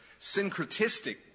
syncretistic